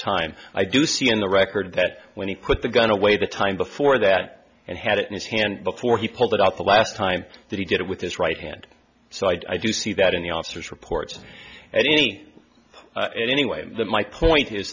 time i do see in the record that when he put the gun away the time before that and had it in his hand before he pulled it out the last time that he did it with his right hand so i do see that in the officer's reports at any anyway my point is